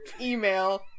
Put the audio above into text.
email